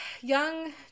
young